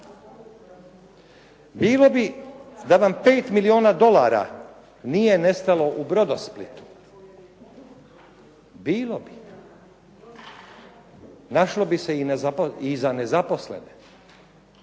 Bilo bi da vam 5 milijuna dolara nije nestalo u Brodosplitu. Bilo bi. Našlo bi se i za nezaposlene.